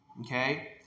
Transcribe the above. Okay